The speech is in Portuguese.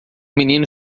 menino